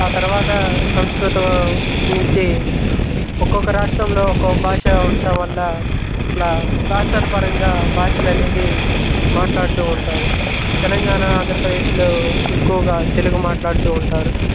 ఆ తర్వాత సంస్కృతం నుంచి ఒక్కొక్క రాష్ట్రంలో ఒక భాష ఉండటం వల్ల ఇట్లా రాష్ట్రాలపరంగా భాషలు అనేది మాట్లాడుతూ ఉంటారు తెలంగాణ ఆంధ్రప్రదేశ్లో ఎక్కువగా తెలుగు మాట్లాడుతూ ఉంటారు